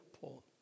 Paul